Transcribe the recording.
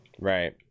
Right